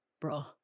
bro